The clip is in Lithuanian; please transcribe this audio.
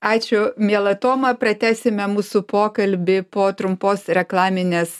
ačiū miela toma pratęsime mūsų pokalbį po trumpos reklaminės